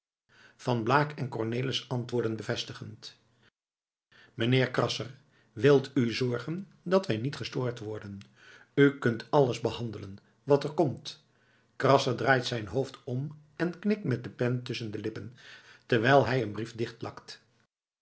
van blaak en cornelis antwoorden bevestigend meneer krasser wil u zorgen dat wij niet gestoord worden u kunt alles behandelen wat er komt krasser draait zijn hoofd om en knikt met de pen tusschen de lippen terwijl hij een brief